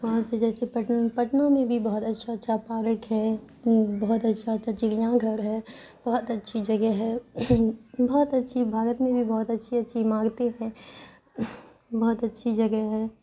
وہاں سے جیسے پٹنہ میں بھی بہت اچھا اچھا پارک ہے بہت اچھا اچھا چڑیاں گھر ہے بہت اچھی جگہ ہے بہت اچھی بھارت میں بھی بہت اچھی اچھی عمارتیں ہیں بہت اچھی جگہ ہے